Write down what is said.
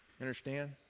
understand